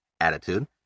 attitude